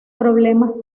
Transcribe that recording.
problemas